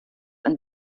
ein